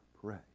pray